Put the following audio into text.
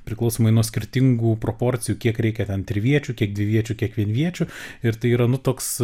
priklausomai nuo skirtingų proporcijų kiek reikia ten triviečių kiek dviviečių kiek vienviečių ir tai yra nu toks